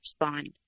respond